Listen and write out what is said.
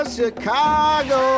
chicago